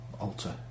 altar